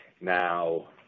now